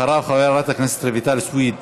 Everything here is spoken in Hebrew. אחריו, חברת הכנסת רויטל סויד.